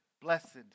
blessed